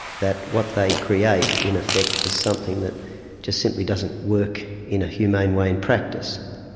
that what they create in effect is something that just simply doesn't work in a humane way in practice.